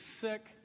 sick